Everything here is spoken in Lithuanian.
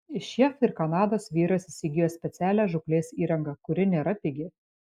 iš jav ir kanados vyras įsigijo specialią žūklės įrangą kuri nėra pigi